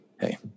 hey